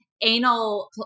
anal